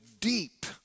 deep